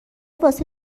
واسه